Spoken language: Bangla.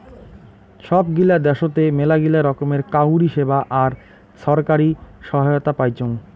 সব গিলা দ্যাশোতে মেলাগিলা রকমের কাউরী সেবা আর ছরকারি সহায়তা পাইচুং